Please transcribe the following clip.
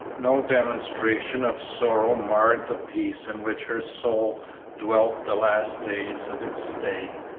no demonstration of sorrow marred the peace in which her soul dwelt the last days of its stay,